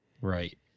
Right